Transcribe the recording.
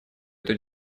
эту